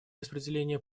распределение